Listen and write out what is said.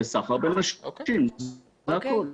בסחר בנשים, זה הכול.